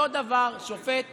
אותו דבר שופט